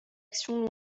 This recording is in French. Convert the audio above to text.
actions